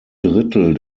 drittel